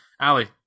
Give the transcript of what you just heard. Allie